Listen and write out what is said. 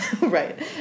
Right